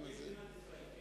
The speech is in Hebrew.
כן, ערביי ישראל.